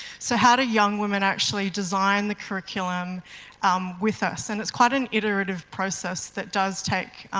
so, how do young women actually design the curriculum with us? and it's quite an iterative process that does take,